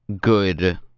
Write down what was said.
good